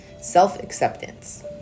self-acceptance